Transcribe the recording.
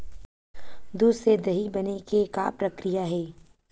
दूध से दही बने के का प्रक्रिया हे?